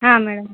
ಹಾಂ ಮೇಡಮ್